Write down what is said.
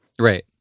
Right